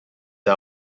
are